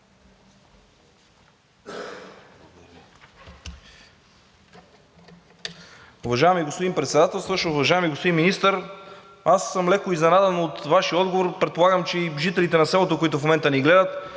Уважаеми господин Председателстващ, уважаеми господин Министър! Аз съм леко изненадан от Вашия отговор, а предполагам, че и жителите на селото, които в момента ни гледат.